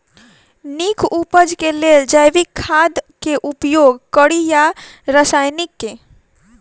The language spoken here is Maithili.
नीक उपज केँ लेल जैविक खाद केँ उपयोग कड़ी या रासायनिक केँ?